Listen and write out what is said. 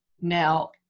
Now